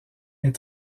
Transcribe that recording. est